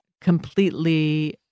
completely